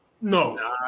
No